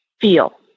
feel